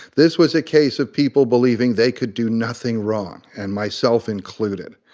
this was a case of people believing they could do nothing wrong. and myself included.